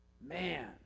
Man